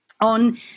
on